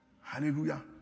Hallelujah